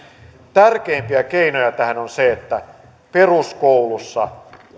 tärkeimpiä keinoja tähän on se että peruskoulussa